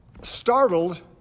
startled